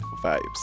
Vibes